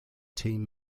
team